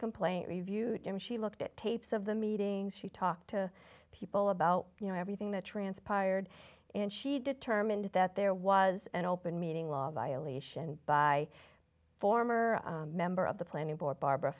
complaint reviewed and she looked at tapes of the meetings she talked to people about you know everything that transpired and she determined that there was an open meeting law violation by former member of the plan